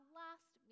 last